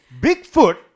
Bigfoot